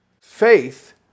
faith